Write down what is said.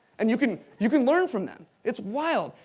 and you can you can learn from them. it's wild.